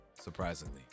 Surprisingly